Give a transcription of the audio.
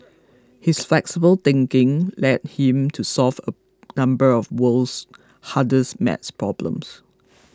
his flexible thinking led him to solve a number of world's hardest maths problems